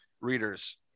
readers